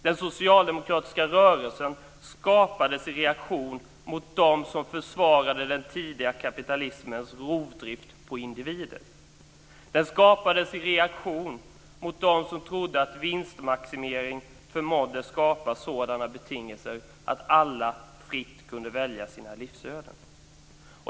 Den socialdemokratiska rörelsen skapades i reaktion mot dem som försvarade den tidiga kapitalismens rovdrift på individer. Den skapades i reaktion mot dem som trodde att vinstmaximering förmådde skapa sådana betingelser att alla fritt kunde välja sina livsöden.